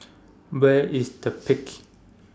Where IS The Peak